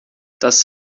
das